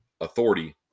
authority